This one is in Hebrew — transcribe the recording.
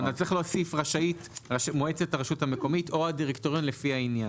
צריך להוסיף: מועצת הרשות המקומית או הדירקטוריון לפי העניין.